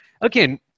again